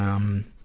um,